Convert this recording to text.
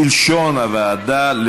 הסתייגות מס' 1, מי בעד ומי